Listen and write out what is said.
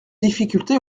difficultés